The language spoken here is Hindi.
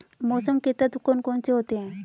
मौसम के तत्व कौन कौन से होते हैं?